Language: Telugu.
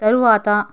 తరువాత